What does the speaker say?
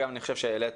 אני חושב שהעלית